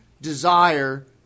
desire